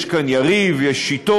יש כאן יריב, יש שיטות,